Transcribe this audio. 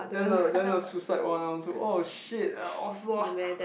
then the then the suicide one ah I also oh !shit! I was